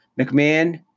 mcmahon